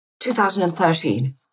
2013